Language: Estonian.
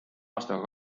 aastaga